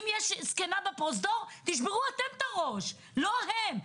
אם יש זקנה בפרוזדור, תשברו אתם את הראש, לא הם.